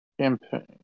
Campaign